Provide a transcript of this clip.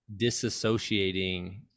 disassociating